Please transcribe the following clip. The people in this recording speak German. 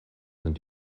sind